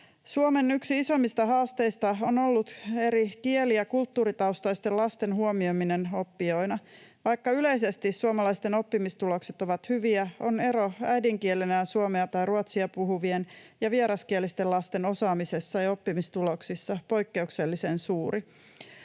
Suomen yksi isoimmista haasteista on ollut eri kieli- ja kulttuuritaustaisten lasten huomioiminen oppijoina. Vaikka yleisesti suomalaisten oppimistulokset ovat hyviä, on ero äidinkielenään suomea tai ruotsia puhuvien ja vieraskielisten lasten osaamisessa ja oppimistuloksissa poikkeuksellisen suuri,